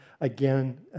again